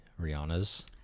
Rihanna's